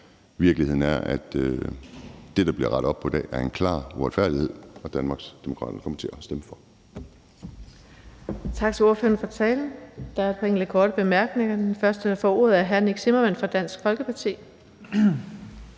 Virkeligheden er, at det, der bliver rettet op på, er en klar uretfærdighed, og Danmarksdemokraterne kommer til at stemme for.